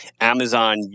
Amazon